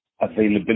availability